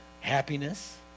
happiness